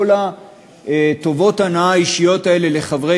כל טובות ההנאה האישיות האלה לחברי